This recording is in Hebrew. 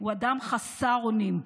הוא אדם חסר אונים,